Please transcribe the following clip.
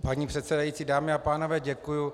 Paní předsedající, dámy a pánové, děkuji.